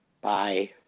bye